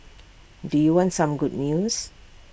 do you want some good news